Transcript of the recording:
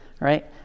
right